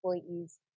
employees